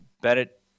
Bennett